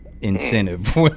incentive